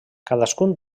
cadascun